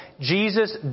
Jesus